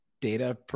data